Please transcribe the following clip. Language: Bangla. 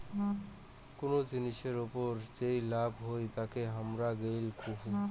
কুনো জিনিসের ওপর যেই লাভ হই তাকে হামারা গেইন কুহু